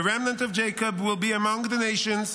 the remnant of Jacob will be among the nations,